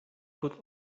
could